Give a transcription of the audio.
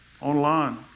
Online